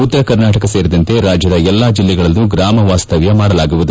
ಉತ್ತರ ಕರ್ನಾಟಕ ಸೇರಿದಂತೆ ರಾಜ್ಯದ ಎಲ್ಲಾ ಜಿಲ್ಲೆಗಳಲ್ಲೂ ಗ್ರಾಮ ವಾಸ್ತವ್ಯ ಮಾಡಲಾಗುವುದು